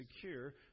secure